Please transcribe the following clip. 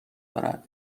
دارد